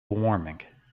warming